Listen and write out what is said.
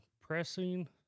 pressing